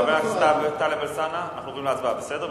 חבר הכנסת טלב אלסאנע, אנחנו עוברים להצבעה, בסדר?